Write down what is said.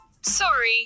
sorry